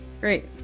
Great